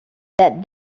that